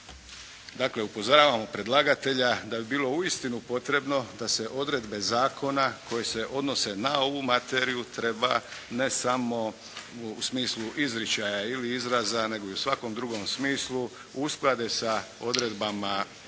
Dakle upozoravamo predlagatelja da bi bilo uistinu potrebno da se odredbe zakona koje se odnose na ovu materiju treba ne samo u smislu izričaja ili izraza nego i u svakom drugom smislu usklade sa odredbama,